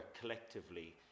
collectively